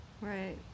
Right